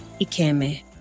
Ikeme